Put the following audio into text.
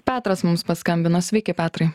petras mums paskambino sveiki petrai